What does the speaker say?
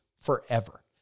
forever